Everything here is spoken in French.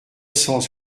cent